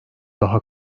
daha